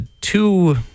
two